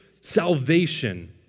salvation